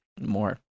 More